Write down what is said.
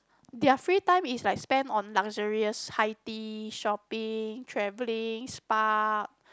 their free time is like spend on luxurious high tea shopping travelling spa